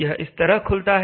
यह इस तरह खुलता है